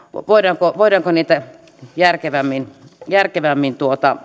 voidaanko voidaanko niitä järkevämmin järkevämmin